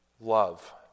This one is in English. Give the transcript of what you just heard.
Love